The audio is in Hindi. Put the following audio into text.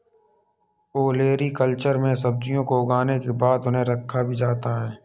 ओलेरीकल्चर में सब्जियों को उगाने के बाद उन्हें रखा भी जाता है